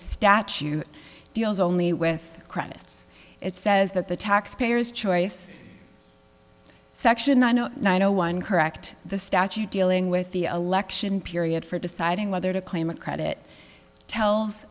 statute deals only with credits it says that the taxpayers choice section nine zero nine zero one correct the statute dealing with the election period for deciding whether to claim a credit t